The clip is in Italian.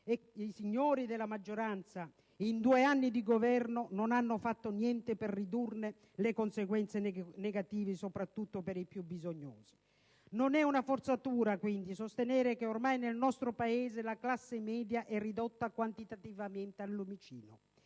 i signori della maggioranza, in due anni di Governo, non hanno fatto niente per ridurne le conseguenze negative soprattutto per i più bisognosi. Non è una forzatura quindi sostenere che ormai nel nostro Paese la classe media è ridotta quantitativamente ai lumicino.